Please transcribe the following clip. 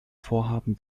vorhaben